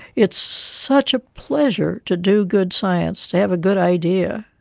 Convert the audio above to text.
it's such a pleasure to do good science, to have a good idea.